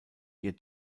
ihr